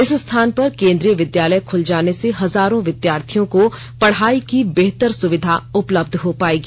इस स्थान पर केंद्रीय विद्यालय खुल जाने से हजारों विद्यार्थियों को पढ़ाई की बेहत्तर सुविधा उपलब्ध हो पाएगी